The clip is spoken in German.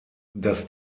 das